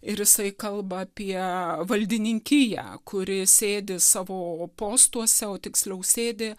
ir jisai kalba apie valdininkiją kuri sėdi savo postuose o tiksliau sėdi